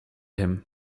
him